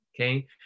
Okay